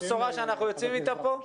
האם זו הבשורה שאנחנו יוצאים איתה פה?